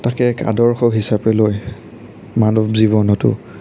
তাক এক আদৰ্শ হিচাপে লৈ মানৱ জীৱনতো